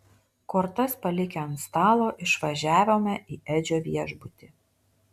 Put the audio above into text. kortas palikę ant stalo išvažiavome į edžio viešbutį